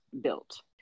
built